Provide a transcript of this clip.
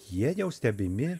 jie jau stebimi